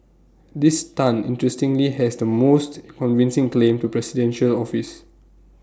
this Tan interestingly has the most convincing claim to presidential office